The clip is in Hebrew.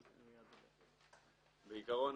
בעקרון,